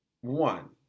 one